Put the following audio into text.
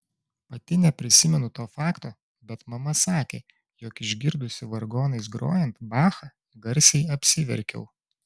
pati neprisimenu to fakto bet mama sakė jog išgirdusi vargonais grojant bachą garsiai apsiverkiau